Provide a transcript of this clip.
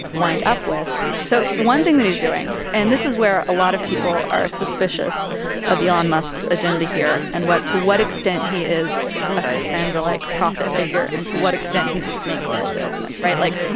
wind up with. so one thing that he's doing and this is where a lot of people are suspicious of elon musk's agenda here and what to what extent he is a cassandra-like prophet figure and to what extent he's a snake-oil salesman, right? like,